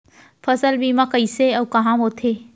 फसल बीमा कइसे अऊ कहाँ होथे?